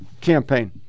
campaign